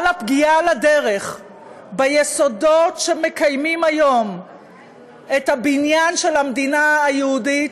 אבל הפגיעה בדרך ביסודות שמקיימים היום את הבניין של המדינה היהודית,